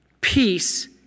peace